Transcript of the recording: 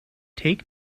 take